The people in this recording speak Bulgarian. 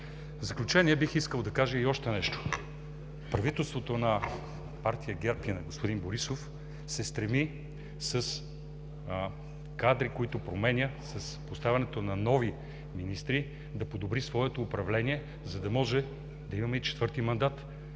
В заключение, бих искал да кажа и още нещо. Правителството на партия ГЕРБ и на господин Борисов се стреми с кадри, които променя, с поставянето на нови министри, да подобри своето управление, за да може да имаме и четвърти мандат,